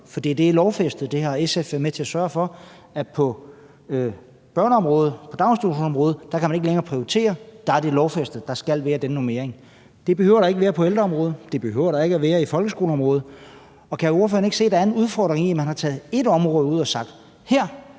det er lovfæstet. Og der har SF været med til at sørge for, at på børneområdet, på daginstitutionsområdet, kan man ikke længere prioritere; der er det lovfæstet, at der skal være den normering. Det behøver der ikke at være på ældreområdet, og det behøver der ikke at være på folkeskoleområdet. Så kan ordføreren ikke se, at der er en udfordring i, at man har taget ét område ud og sagt,